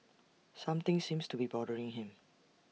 something seems to be bothering him